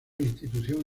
institución